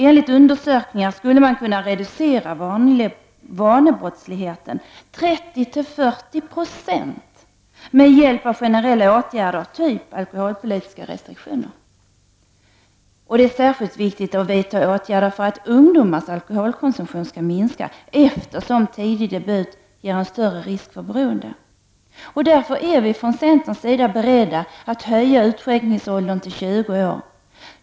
Enligt undersökningar skulle man kunna reducera vanebrottsligheten 30-40 Z6 med hjälp av generella åtgärder av typ alkoholpolitiska restriktioner. Det är särskilt viktigt att vidta åtgärder för att ungdomars alkoholkonsumtion skall minska, eftersom tidig debut ger en större risk för beroende. Därför är vi från centerns sida beredda att höja utskänkningsåldern till 20 år.